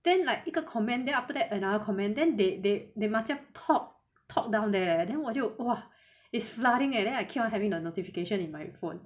then like 一个 comment then after that another comment then they they macam talk talk down there leh then 我就 !wah! is flooding leh and then I keep on having the notification in my phone